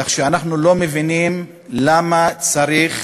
כך שאנחנו לא מבינים למה צריך